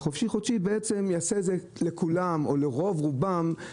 למעשה הוא ייטיב לרוב רובם.